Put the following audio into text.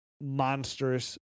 monstrous